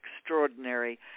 extraordinary